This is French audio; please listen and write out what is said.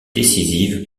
décisive